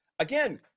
Again